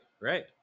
right